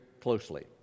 closely